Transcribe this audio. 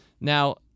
Now